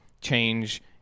change